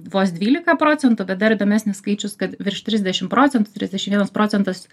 vos dvylika procentų bet dar įdomesnis skaičius kad virš trisdešim procentų trisdešim vienas procentas